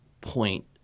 point